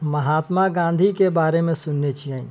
महात्मा गाँधी के बारे मे सुनने छियनि